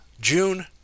June